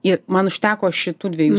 ir man užteko šitų dviejų